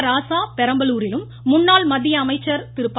ராசா பெரம்பலூரிலும் முன்னாள் மத்திய அமைச்சர் ப